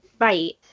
right